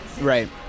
Right